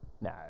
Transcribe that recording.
no